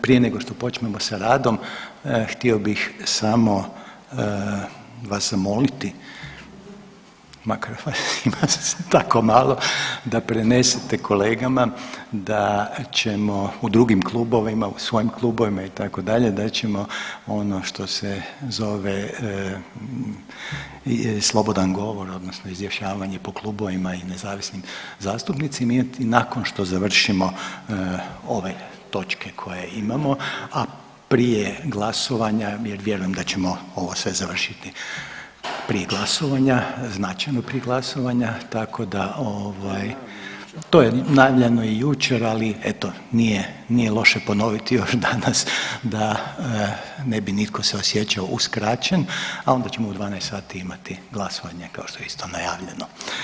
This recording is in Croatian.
Prije nego što počmemo sa radom, htio bih samo vas zamoliti, makar vas ima tako malo, da prenesete kolegama da ćemo u drugim klubovima, u svojim klubovima, itd., da ćemo ono što se zove slobodan govor odnosno izjašnjavanje po klubovima i nezavisnim zastupnicima imati nakon što završimo ove točke koje imamo, a prije glasovanja jer vjerujem da ćemo ovo sve završiti prije glasovanja, značajno prije glasovanja, tako da ovaj, to je najavljeno i jučer, ali eto, nije loše ponoviti još danas da ne bi nitko se osjećao uskraćen, a onda ćemo u 12 sati imati glasovanje, kao što je isto najavljeno.